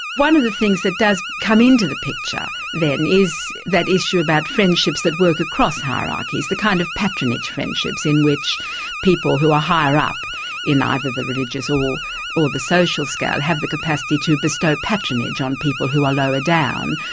one of the things that does come into the picture then is that issue about friendships that work across hierarchies, the kind of patronage friendships in which people who are higher up in either the religious or or the social scale, have the capacity to bestow patronage on people who are lower down,